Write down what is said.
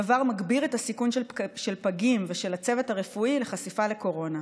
הדבר מגביר את הסיכון של הפגים ושל הצוות הרפואי לחשיפה לקורונה.